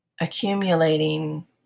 accumulating